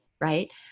Right